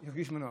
הרגיש בנוח,